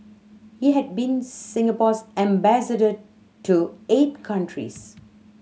he had been Singapore's ambassador to eight countries